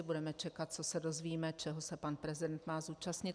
Budeme čekat, co se dozvíme, čeho se pan prezident má zúčastnit.